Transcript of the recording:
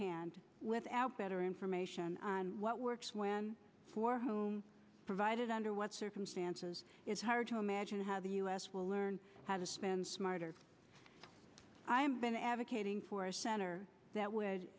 hand without better information on what works when for whom provided under what circumstances it's hard to imagine how the us will learn how to spend smarter i am been advocating for a center that would